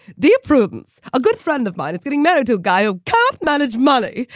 dear prudence. a good friend of mine is getting married to a guy who can't manage money.